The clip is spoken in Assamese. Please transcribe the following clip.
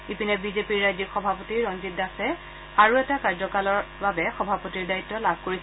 ইপিনে বিজেপিৰ ৰাজ্যিক সভাপতি ৰঞ্জিত দাসে আৰু এটা কাৰ্যকালৰ সভাপতিৰ দায়িত্ব লাভ কৰিছে